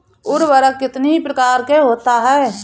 उर्वरक कितनी प्रकार के होता हैं?